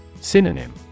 Synonym